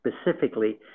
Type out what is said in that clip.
specifically